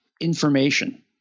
information